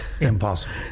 Impossible